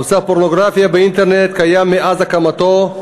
נושא הפורנוגרפיה באינטרנט קיים מאז הקמתו,